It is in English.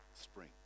spring